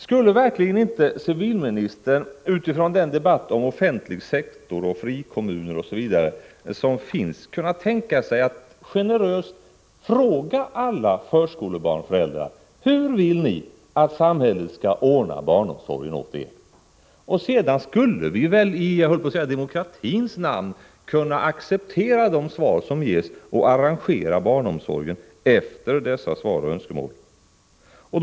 Skulle verkligen inte civilministern utifrån den debatt om offentlig sektor, frikommuner, osv., som förs kunna tänka sig att generöst fråga alla förskolebarnsföräldrar: Hur vill ni att samhället skall ordna barnomsorgen åt er? Sedan skulle vi väl — i demokratins namn, höll jag på att säga — kunna acceptera de svar som ges och arrangera barnomsorgen efter de önskemål som anges.